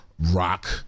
rock